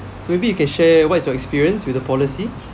so maybe you can share what is your experience with the policy